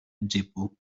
jeppo